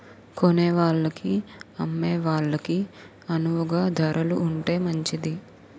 కొనేవాళ్ళకి అమ్మే వాళ్ళకి అణువుగా ధరలు ఉంటే మంచిది